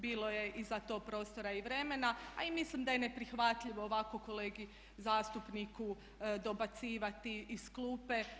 Bilo je i za to prostora i vremena, a i mislim da je neprihvatljivo ovako kolegi zastupniku dobacivati iz klupe.